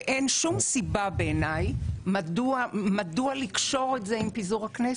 אין שום סיבה בעיניי מדוע לקשור את זה עם פיזור הכנסת.